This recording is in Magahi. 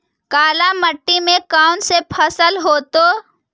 काला मिट्टी में कौन से फसल होतै?